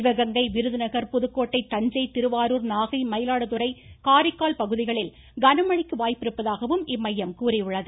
சிவகங்கை விருதுநகர் புதுக்கோட்டை தஞ்சை திருவாரூர் நாகை மயிலாடுதுறை காரைக்கால் பகுதிகளில் கனமழைக்கு வாய்ப்பிருப்பதாகவும் இம்மையம் கூறியுள்ளது